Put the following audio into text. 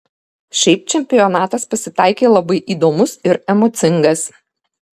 šiaip čempionatas pasitaikė labai įdomus ir emocingas